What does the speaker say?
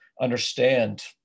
understand